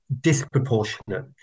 disproportionate